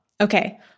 Okay